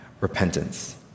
repentance